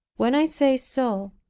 when i say so,